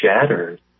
shattered